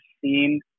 seen